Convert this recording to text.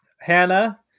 Hannah